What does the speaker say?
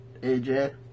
AJ